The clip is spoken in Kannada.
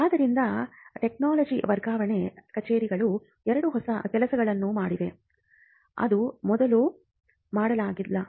ಆದ್ದರಿಂದ ಟೆಕ್ ವರ್ಗಾವಣೆ ಕಚೇರಿಗಳು ಎರಡು ಹೊಸ ಕೆಲಸಗಳನ್ನು ಮಾಡಿವೆ ಅದು ಮೊದಲು ಮಾಡಲಾಗಿಲ್ಲ